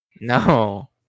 No